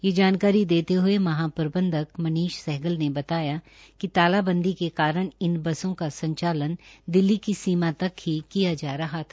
ये जानकारी देते ह्ये महाप्रबंधक मनीष सहगल ने बताया कि तालाबंदी के कारण इस बसों का संचालन दिल्ली की सीमा तक ही किया जा रहा था